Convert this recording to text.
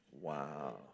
Wow